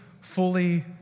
fully